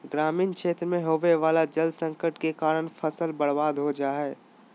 ग्रामीण क्षेत्र मे होवे वला जल संकट के कारण फसल बर्बाद हो जा हय